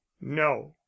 no